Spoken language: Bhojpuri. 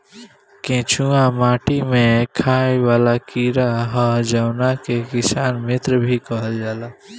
केचुआ माटी में खाएं वाला कीड़ा ह जावना के किसान मित्र भी कहल जाला